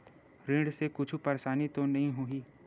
ऋण से कुछु परेशानी तो नहीं होही?